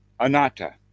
anatta